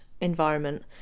environment